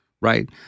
right